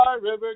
River